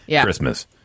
Christmas